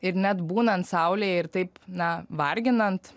ir net būnant saulėje ir taip na varginant